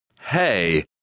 hey